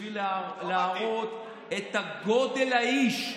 בשביל להראות את גודל האיש.